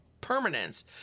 permanence